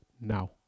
now